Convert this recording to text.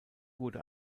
wurde